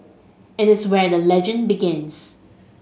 it is where the legend begins